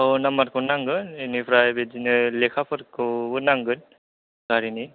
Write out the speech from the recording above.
औ नाम्बारखौ नांगोन इनिफ्राय जोंनो लेखाफोरखौबो नांगोन गारिनि